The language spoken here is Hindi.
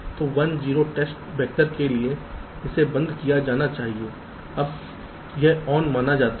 तो 1 0 टेस्ट वेक्टर के लिए इसे बंद किया जाना चाहिए यह ऑन माना जाता है